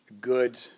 good